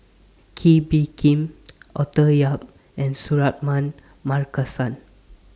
Kee Bee Khim Arthur Yap and Suratman Markasan